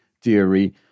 theory